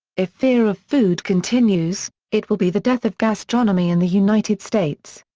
if fear of food continues, it will be the death of gastronomy in the united states.